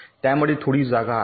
त्यामध्ये थोडी जागा आहे